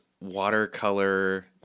watercolor